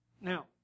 Now